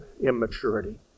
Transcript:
immaturity